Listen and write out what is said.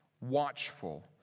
watchful